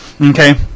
Okay